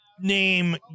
name